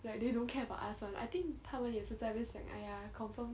like they don't care about us [one] I think 她们也是在那边想哎呀 confirm